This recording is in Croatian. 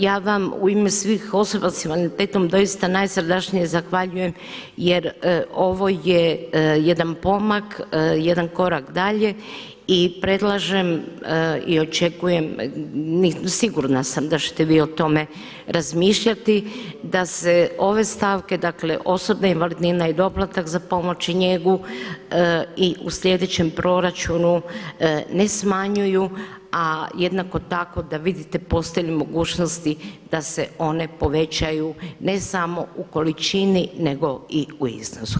Ja vam u ime svih osoba sa invaliditetom doista najsrdačnije zahvaljujem jer ovo je jedna pomak, jedan korak dalje i predlažem i očekujem, sigurna sam da ćete vi o tome razmišljati, da se ove stavke, dakle osobna invalidnina i doplatak za pomoć i njegu i u sljedećem proračunu ne smanjuju, a jednako tako da vidite postoji li mogućnosti da se one povećaju ne samo u količini nego i u iznosu.